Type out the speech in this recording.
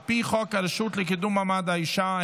על פי חוק הרשות לקידום מעמד האישה,